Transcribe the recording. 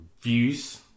views